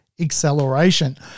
acceleration